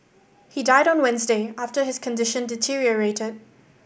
he died on Wednesday after his condition deteriorated